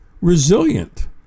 resilient